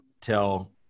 tell